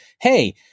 hey